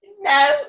No